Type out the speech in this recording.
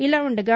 ఇలా ఉండగా